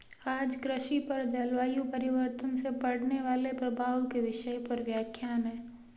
आज कृषि पर जलवायु परिवर्तन से पड़ने वाले प्रभाव के विषय पर व्याख्यान है